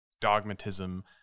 dogmatism